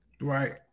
Right